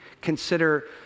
consider